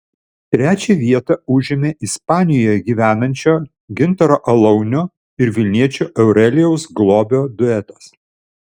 trečiąją vietą užėmė ispanijoje gyvenančio gintaro alaunio ir vilniečio aurelijaus globio duetas